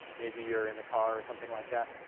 maybe you're in the car or something like that,